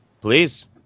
Please